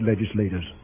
legislators